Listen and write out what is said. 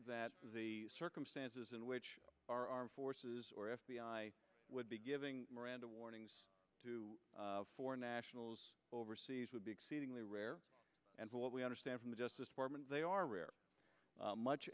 that the circumstances in which our armed forces or f b i would be giving miranda warnings to foreign nationals overseas would be exceedingly rare and what we understand from the justice department they are rare much